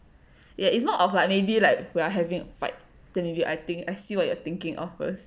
ya it's more of like maybe like we are having fight then maybe I think I see what you're thinking of first